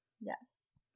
Yes